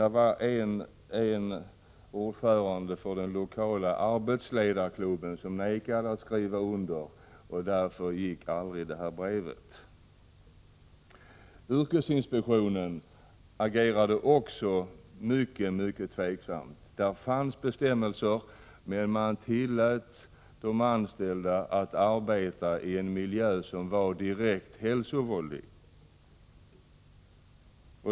Det var en ordförande för den lokala arbetsledarklubben som vägrade skriva under, och därför gick aldrig det brevet i väg. Yrkesinspektionen agerade också mycket tvivelaktigt. Det fanns bestämmelser, men man tillät ändå de anställda att arbeta i en miljö som var direkt hälsovådlig.